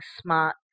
smart